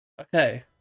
Okay